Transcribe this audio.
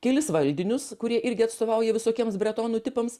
kelis valdinius kurie irgi atstovauja visokiems bretonų tipams